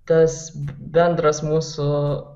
tas bendras mūsų